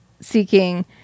seeking